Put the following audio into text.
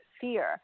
fear